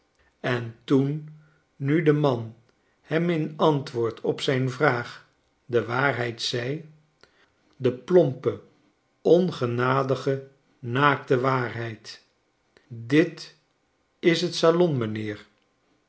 en toen nu de man hem in antwoord op ziin vraag de waarheid zei de plompe ongenadige naakte waarheid dit is t salon m'nheer